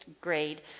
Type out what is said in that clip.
grade